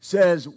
says